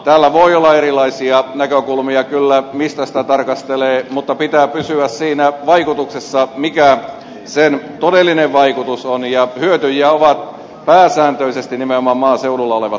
täällä voi olla erilaisia näkökulmia kyllä mistä sitä tarkastelee mutta pitää pysyä siinä vaikutuksessa mikä sen todellinen vaikutus on ja hyötyjiä ovat pääsääntöisesti nimenomaan maaseudulla olevat kunnat